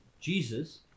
Jesus